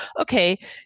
okay